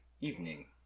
evening